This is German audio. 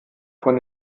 von